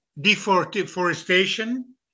deforestation